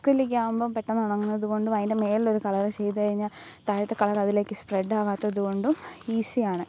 acrylic ആവുമ്പോള് പെട്ടെന്ന് ഉണങ്ങുന്നതു കൊണ്ടും അതിൻ്റെ മേളിലൊരു കളര് ചെയ്ത് കഴിഞ്ഞാല് താഴത്തെ കളര് അതിലേക്ക് സ്പ്രെഡ് ആവാത്തത് കൊണ്ടും ഈസി ആണ്